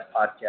podcast